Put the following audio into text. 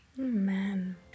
Amen